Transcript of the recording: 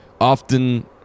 often